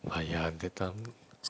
!haiya! that time